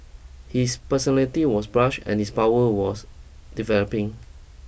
his personality was brash and his powers was developing